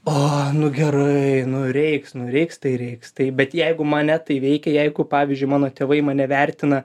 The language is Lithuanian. o nu gerai nu reiks nu reiks tai reiks taip bet jeigu mane tai veikia jeigu pavyzdžiui mano tėvai mane vertina